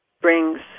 brings